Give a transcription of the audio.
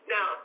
Now